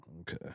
Okay